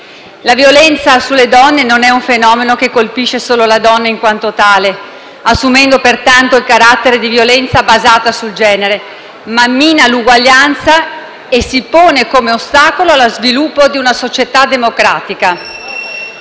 La violenza sulle donne non è un fenomeno che colpisce solo la donna in quanto tale, assumendo pertanto il carattere di violenza basata sul genere, ma mina l'uguaglianza e si pone come ostacolo allo sviluppo di una società democratica.